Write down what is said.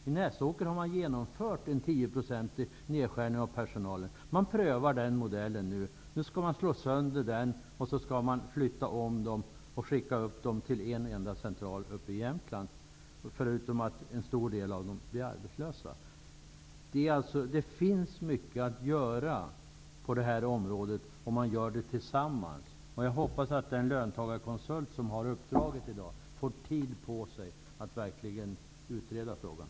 I Näsåker har man genomfört en tioprocentig nedskärning av personalen. Man prövar den modellen. Nu skall den modellen slås sönder och personalen flyttas om. Personalen skall skickas till en enda central i Jämtland. Dessutom blir en stor del av personalen arbetslös. Det finns mycket att göra på detta område, om man gör det tillsammans. Jag hoppas att den löntagarkonsult som har uppdraget i dag får tid på sig att verkligen utreda frågan.